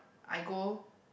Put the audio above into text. I go